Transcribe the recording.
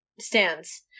stands